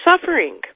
suffering